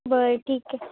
बरं ठीक आहे